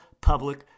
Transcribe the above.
Public